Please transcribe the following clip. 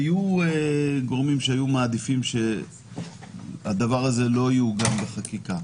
גורמים שהיו מעדיפים שהדבר הזה לא יעוגן בחקיקה.